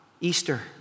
Easter